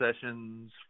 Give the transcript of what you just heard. sessions